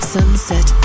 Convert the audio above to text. Sunset